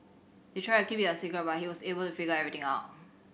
they tried to keep it a secret but he was able to figure everything out